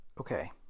Okay